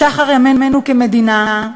בשחר ימינו כמדינה,